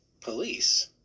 police